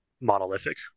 monolithic